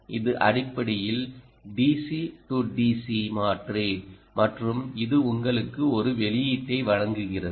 இது அடிப்படையில் DC DC மாற்றி மற்றும் இது உங்களுக்கு ஒரு வெளியீட்டை வழங்குகிறது